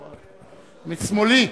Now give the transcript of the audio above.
לשמאלי,